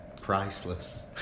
priceless